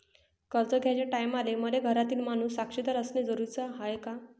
कर्ज घ्याचे टायमाले मले घरातील माणूस साक्षीदार असणे जरुरी हाय का?